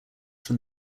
from